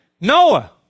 Noah